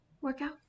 Workout